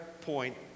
point